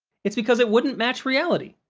it's because it wouldn't match reality.